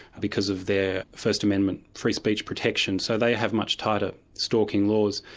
because of their first amendment, free speech protection. so they have much tighter stalking laws.